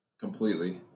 Completely